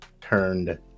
turned